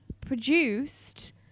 produced